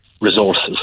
resources